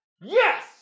Yes